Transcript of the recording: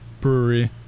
brewery